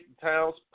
town's